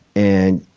and,